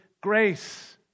grace